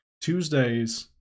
tuesdays